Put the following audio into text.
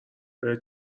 بهت